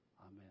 Amen